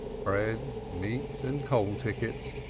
bread, meat and coal tickets,